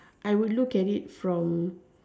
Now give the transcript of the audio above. I would look at it from